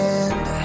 end